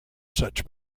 such